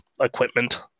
equipment